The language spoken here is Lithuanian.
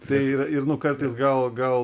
tai yra ir nu kartais gal gal